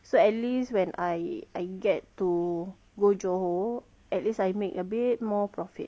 so at least when I I get to go johor at least I make a bit more profit